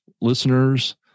listeners